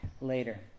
later